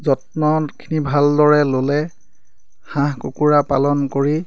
যত্নখিনি ভালদৰে ল'লে হাঁহ কুকুৰা পালন কৰি